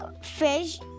fish